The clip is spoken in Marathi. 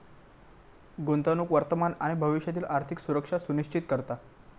गुंतवणूक वर्तमान आणि भविष्यातील आर्थिक सुरक्षा सुनिश्चित करता